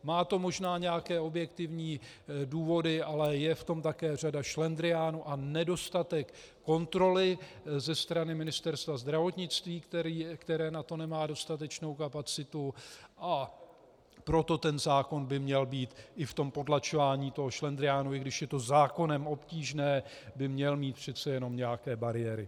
Má to možná nějaké objektivní důvody, ale je v tom také řada šlendriánu a nedostatek kontroly ze strany Ministerstva zdravotnictví, které na to nemá dostatečnou kapacitu, a proto ten zákon by měl mít i v tom potlačování toho šlendriánu, i když je to zákonem obtížně, by měl mít přece jenom nějaké bariéry.